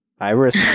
iris